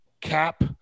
cap